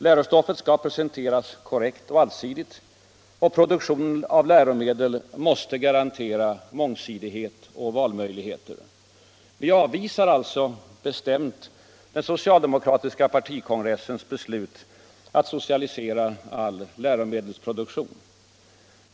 Lärostoffet skall presenteras korrekt och allsidigt och produktionen av läromedel måste garantera mångsidighet och valmöjligheter. Vi avvisar alltså bestämt den socialdemokratiska partikongressens beslut att socialisera all läromedelsproduktion.